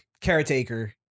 Caretaker